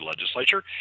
legislature